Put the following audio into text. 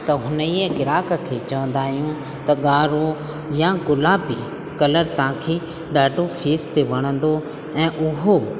त हुन ई गिराक खे चवंदा आहियूं त ॻाढ़ो यां गुलाबी कलर तव्हांखे ॾाढो फेस ते वणंदो ऐं उहो